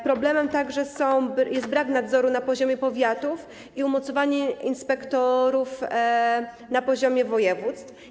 Problemem jest także brak nadzoru na poziomie powiatów i umocowanie inspektorów na poziomie województw.